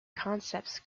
concepts